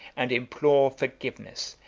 and implore forgiveness,